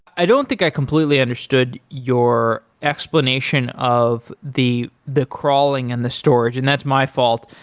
i don't think i completely understood your explanation of the the crawling and the storage and that's my fault.